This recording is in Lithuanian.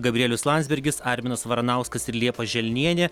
gabrielius landsbergis arminas varanauskas ir liepa želnienė